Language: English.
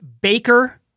baker